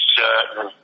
certain